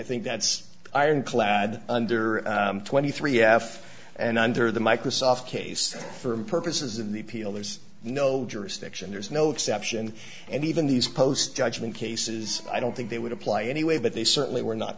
think that's ironclad under twenty three f and under the microsoft case for purposes of the appeal there's no jurisdiction there is no exception and even these post judgment cases i don't think they would apply anyway but they certainly were not